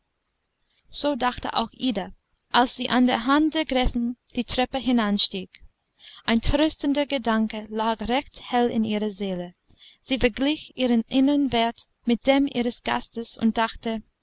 so dachte auch ida als sie an der hand der gräfin die treppe hinanstieg ein tröstender gedanke lag recht hell in ihrer seele sie verglich ihren innern wert mit dem ihres gastes und dachte